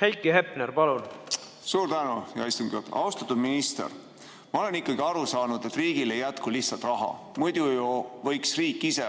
Heiki Hepner, palun! Suur tänu, hea istungi juhataja! Austatud minister! Ma olen aru saanud, et riigil ei jätku lihtsalt raha, muidu ju võiks riik ise